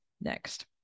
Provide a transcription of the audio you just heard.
next